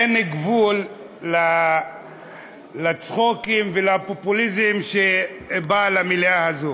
אין גבול לצחוקים ולפופוליזם שבאים למליאה הזו.